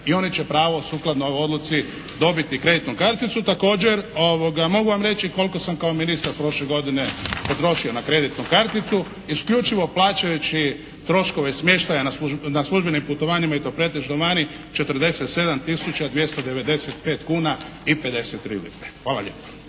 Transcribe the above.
i oni će pravo sukladno ovoj odluci dobiti kreditnu karticu. Također, mogu vam reći koliko sam kao ministar prošle godine potrošio na kreditnu karticu isključivo plaćajući troškove smještaja na službenim putovanjima i to pretežno vani, 47 tisuća 295 kuna i 53 lipe. Hvala lijepa.